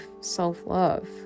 self-love